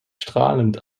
strahlend